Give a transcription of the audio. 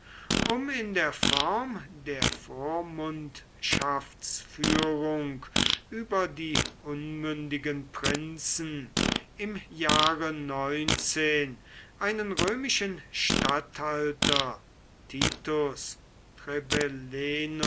um in der form der vormundschaftsführung über die unmündigen prinzen im jahre einen römischen statthalter titus